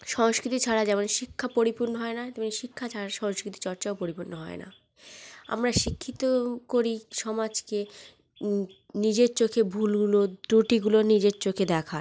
সংস্কৃতি ছাড়া যেমন শিক্ষা পরিপূর্ণ হয় না তেমনি শিক্ষা ছাড়া সংস্কৃতি চর্চাও পরিপূর্ণ হয় না আমরা শিক্ষিত করি সমাজকে নিজের চোখে ভুলগুলো ত্রুটিগুলো নিজের চোখে দেখার